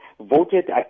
voted